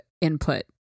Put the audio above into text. input